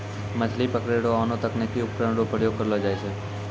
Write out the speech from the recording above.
मछली पकड़ै रो आनो तकनीकी उपकरण रो प्रयोग करलो जाय छै